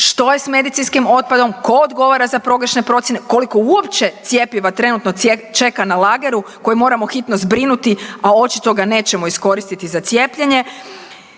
što je s medicinskim otpadom, tko odgovara za pogrešne procijene, koliko uopće cjepiva trenutno čeka na lageru koje moramo hitno zbrinuti, a očito ga nećemo iskoristiti za cijepljenje?